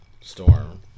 Storm